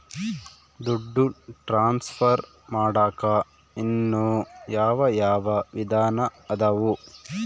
ದುಡ್ಡು ಟ್ರಾನ್ಸ್ಫರ್ ಮಾಡಾಕ ಇನ್ನೂ ಯಾವ ಯಾವ ವಿಧಾನ ಅದವು?